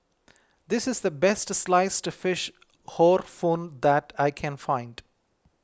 this is the best Sliced Fish Hor Fun that I can find